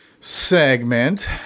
segment